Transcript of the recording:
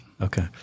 Okay